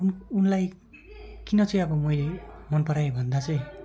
उन उनलाई किन चाहिँ अब मैले मन पराएँ भन्दा चाहिँ